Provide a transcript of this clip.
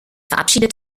verabschiedet